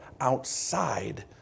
outside